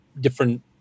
different